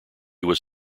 was